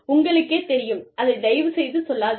உங்களுக்கே தெரியும் அதை தயவுசெய்து சொல்லாதீர்கள்